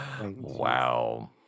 Wow